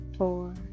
Four